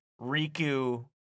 riku